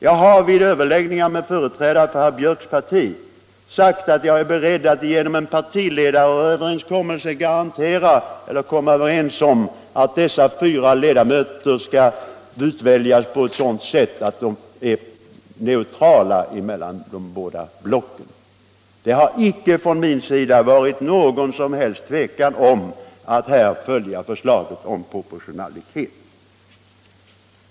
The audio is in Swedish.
Jag har vid överläggningar med företrädare för herr Björcks parti sagt att jag är beredd att genom en partiledaröver — Regional samhällsenskommelse fastslå att dessa fyra ledamöter skall utväljas på ett sådant — förvaltning sätt att de är neutrala emellan de båda blocken. Jag har icke hyst någon som helst tvekan när det gällt att här följa förslaget om proportionalitet.